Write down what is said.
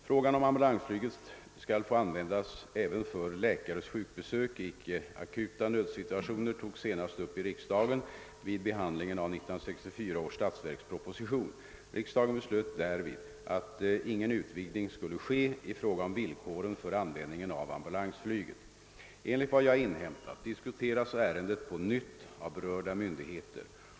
Frågan om ambulansflyget skall få användas även för läkares sjukbesök i icke akuta nödsituationer togs senast upp i riksdagen vid behandlingen av 1964 års statsverksproposition. Riksdagen beslöt därvid att ingen utvidgning skulle ske i fråga om villkoren för användningen av ambulansflyget. Enligt vad jag inhämtat diskuteras ärendet på nytt av berörda myndigheter.